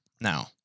now